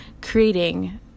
creating